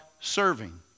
serving